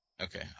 Okay